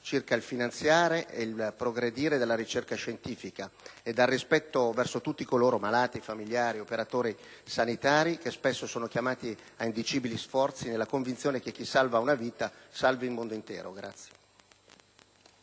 circa il finanziare e il progredire della ricerca scientifica e dal rispetto verso tutti coloro (malati, familiari, operatori sanitari) che spesso sono chiamati a indicibili sforzi nella convinzione che chi salva una vita salvi il mondo intero.